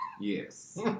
Yes